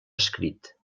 escrit